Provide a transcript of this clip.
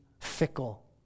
fickle